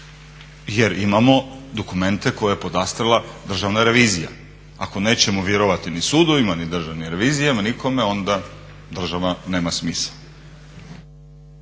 Jer imamo dokumente koje je podastrla državna revizija. Ako nećemo vjerovati ni sudovima, ni državnim revizijama, nikome, onda država nema smisla.